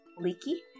leaky